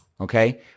okay